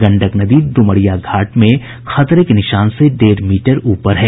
गंडक नदी डुमरिया घाट में खतरे के निशान से डेढ़ मीटर ऊपर है